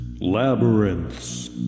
Labyrinths